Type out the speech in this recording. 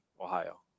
Ohio